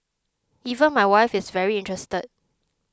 even my wife is very interested